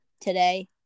today